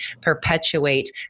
perpetuate